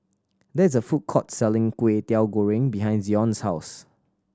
there is a food court selling Kway Teow Goreng behind Zion's house